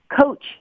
coach